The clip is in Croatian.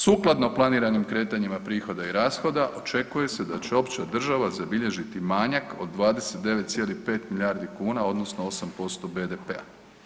Sukladno planiranim kretanjima prihoda i rashoda očekuje se da će opća država zabilježiti manjak od 29,5 milijardi kuna odnosno 8% BDP-a.